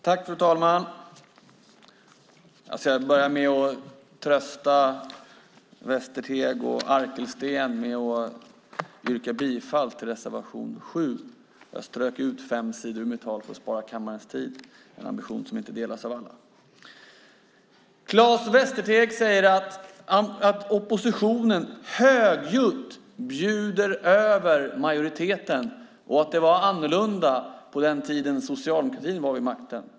Fru ålderspresident! Jag ska börja med att trösta Västerteg och Arkelsten med att yrka bifall till reservation 7. Jag strök fem sidor ur mitt tal för att spara kammarens tid, en ambition som inte delas av alla. Claes Västerteg säger att oppositionen högljutt bjuder över majoriteten och att det var annorlunda på den tiden då socialdemokratin var vid makten.